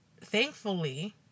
thankfully